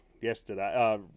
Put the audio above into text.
yesterday